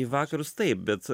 į vakarus taip bet